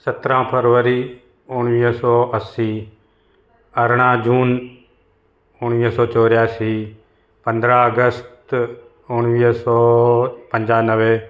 सत्रहं फरवरी उणिवीह सौ असीं अरिड़हं जून उणिवीह सौ चोरासी पंद्रहं अगस्त उणिवीह सौ पंजानवे